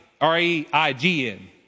R-E-I-G-N